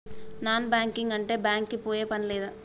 Non banking అంటే bank కి పోయే పని లేదా?